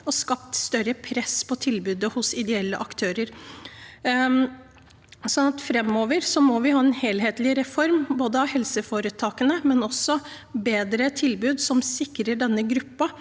og skapt større press på tilbudet fra ideelle aktører. Framover må vi ha en helhetlig reform av helseforetakene, men også bedre tilbud som sikrer denne gruppen.